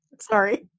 Sorry